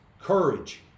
courage